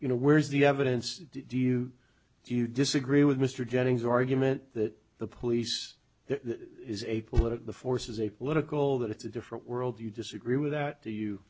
you know where is the evidence do you do you disagree with mr jennings argument that the police that is a political force is a political that it's a different world you disagree with that do you